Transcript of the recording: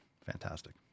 fantastic